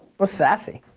was sassy.